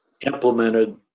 implemented